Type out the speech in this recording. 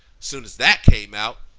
soon as that came out,